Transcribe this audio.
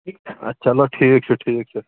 چَلو ٹھیٖک چھُ ٹھیٖک چھُ